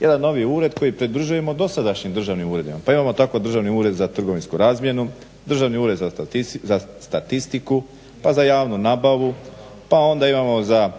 jedan novi ured koji pridružujemo dosadašnjim državnim uredima, pa imao tako Državni ured za trgovinsku razmjenu, Državni ured za statistiku, pa za javnu nabavu, pa onda imamo za